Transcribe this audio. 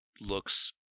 looks